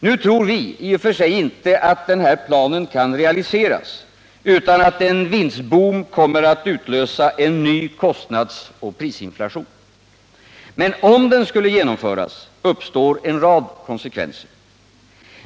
Nu tror vi i och för sig inte att den planen kan realiseras utan att en vinstboom kommer att utlösa en ny kostnadsoch prisinflation. Men om den skulle kunna genomföras, uppstår en rad konsekvenser.